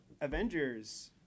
Avengers